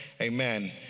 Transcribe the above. amen